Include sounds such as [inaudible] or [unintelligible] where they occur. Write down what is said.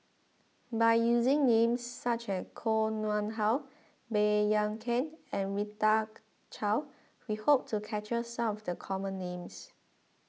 by using names such as Koh Nguang How Baey Yam Keng and Rita [unintelligible] Chao we hope to capture some the common names